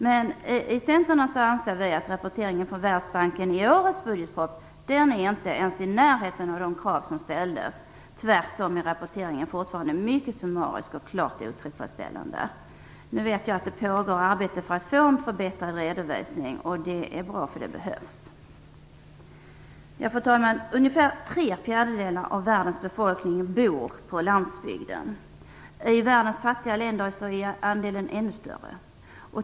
Men i Centern anser vi att rapporteringen från Världsbanken i årets budgetproposition inte ens är i närheten av de krav som ställdes. Tvärtom är rapporteringen fortfarande mycket summarisk och klart otillfredsställande. Nu vet jag att det pågår arbete för att få en förbättrad redovisning. Det är bra, för det behövs. Fru talman! Ungefär tre fjärdedelar av världens befolkning bor på landsbygden. I världens fattiga länder är andelen ännu större.